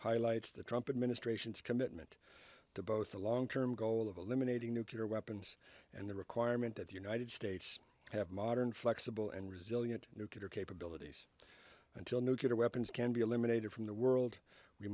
highlights the trump administration's commitment to both the long term goal of eliminating nuclear weapons and the requirement that the united states have modern flexible and resilient nuclear capabilities until nuclear weapons can be eliminated from the world we